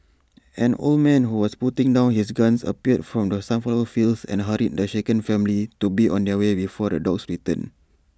an old man who was putting down his gun appeared from the sunflower fields and hurried the shaken family to be on their way before the dogs return